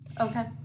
Okay